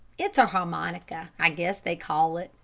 it's a harmonica, i guess they call it.